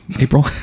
April